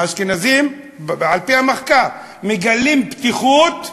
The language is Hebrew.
אשכנזים, על-פי המחקר, מגלים פתיחות לשפה,